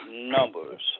numbers